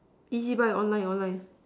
ezbuy online online